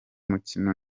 mukino